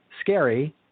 Scary